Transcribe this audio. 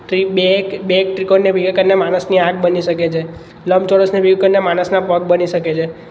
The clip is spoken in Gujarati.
તો એક બે એક બે એક ત્રિકોણને ભેગા કરીને માણસની આંખ બની શકે છે લંબચોરસને ભેગું કરીને માણસના પગ બની શકે છે